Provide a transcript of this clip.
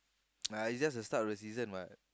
ah it's just the start of the season what